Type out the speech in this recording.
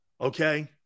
Okay